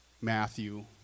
Matthew